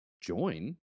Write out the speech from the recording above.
join